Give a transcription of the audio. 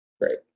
Great